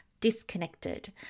disconnected